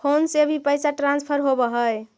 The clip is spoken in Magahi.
फोन से भी पैसा ट्रांसफर होवहै?